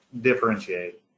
differentiate